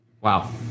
Wow